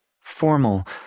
formal